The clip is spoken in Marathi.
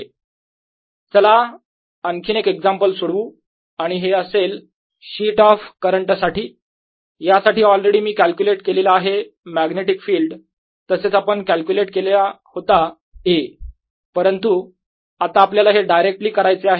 Asz00I2πzln Ls1L2s2 L→∞ Asz0 0I2πz ln 2Ls0I2π ln 2Lz 0I2π lnsz 0I2πlns z चला आणखीन एक एक्झाम्पल सोडवु आणि हे असेल शीट ऑफ करंट साठी यासाठी ऑलरेडी मी कॅल्क्युलेट केलेला आहे मॅग्नेटिक फिल्ड तसेच आपण कॅल्क्युलेट केला होता A परंतु आता आपल्याला हे डायरेक्टली करायचे आहे